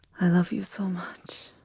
i love you so much.